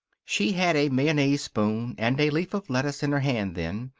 she had a mayonnaise spoon and a leaf of lettuce in her hand then,